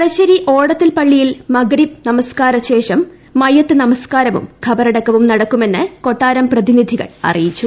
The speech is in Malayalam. തലശ്ശേരി ഓടത്തിൽ പള്ളിയിൽ മഗ്രിബ് നമസ്കാര ശേഷം മയ്യത്ത് നമസ്കാരവും ഖബറട്ക്കുപ്പു്ം നടക്കുമെന്ന് കൊട്ടാരം പ്രതിനിധികൾ അറിയിച്ചു